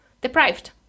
Deprived